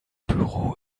büro